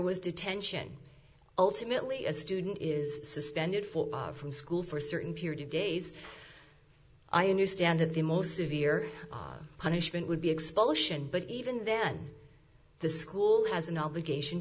was detention ultimately a student is suspended for from school for a certain period of days i understand that the most severe punishment would be expulsion but even then the school has an obligation